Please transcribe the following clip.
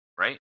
right